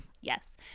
Yes